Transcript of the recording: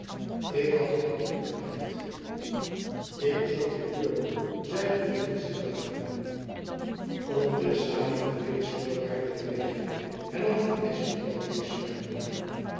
ik had u niet opgemerkt ik bezocht mijn buurman zeide gourville zich buigende om te samen de vredesvoorwaarden te regelen hernam van espenblad meesmuilende